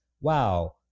wow